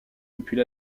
depuis